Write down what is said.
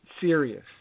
serious